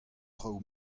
traoù